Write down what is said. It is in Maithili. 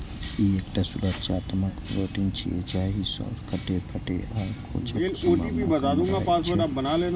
ई एकटा सुरक्षात्मक प्रोटीन छियै, जाहि सं कटै, फटै आ खोंचक संभावना कम रहै छै